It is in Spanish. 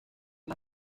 más